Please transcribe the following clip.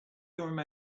your